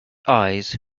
eyes